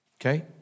Okay